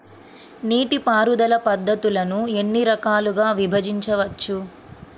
నీటిపారుదల పద్ధతులను ఎన్ని రకాలుగా విభజించవచ్చు?